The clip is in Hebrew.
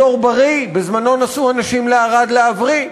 אזור בריא, אנשים נסעו לערד להבריא.